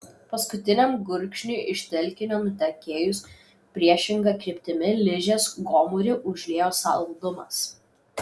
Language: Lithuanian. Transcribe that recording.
paskutiniam gurkšniui iš telkinio nutekėjus priešinga kryptimi ližės gomurį užliejo saldumas